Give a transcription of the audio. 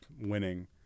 winning